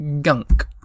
gunk